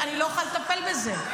אני לא יכולה לטפל בזה,